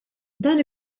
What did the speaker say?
dan